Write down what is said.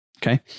Okay